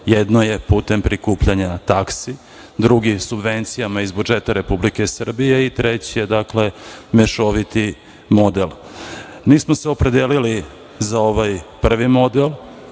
Jedno je putem prikupljanja taksi, drugi subvencijama iz budžeta Republike Srbije i treći mešoviti model. Mi smo se opredelili za ovaj prvi model